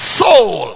soul